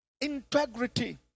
integrity